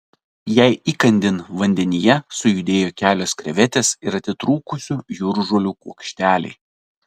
jai įkandin vandenyje sujudėjo kelios krevetės ir atitrūkusių jūržolių kuokšteliai